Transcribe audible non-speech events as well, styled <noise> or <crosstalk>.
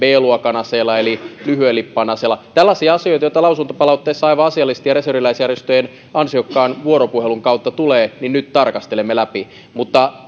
b luokan aseella eli lyhyen lippaan aseella tällaisia asioita joita lausuntopalautteessa aivan asiallisesti ja reserviläisjärjestöjen ansiokkaan vuoropuhelun kautta tulee nyt tarkastelemme läpi mutta <unintelligible>